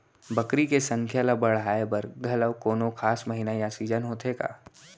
बकरी के संख्या ला बढ़ाए बर घलव कोनो खास महीना या सीजन होथे का?